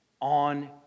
on